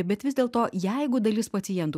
bet vis dėlto jeigu dalis pacientų